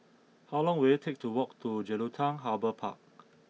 how long will it take to walk to Jelutung Harbour Park